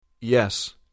Yes